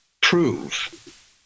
prove